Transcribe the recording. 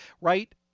right